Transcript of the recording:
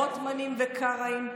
רוטמנים וקרעים,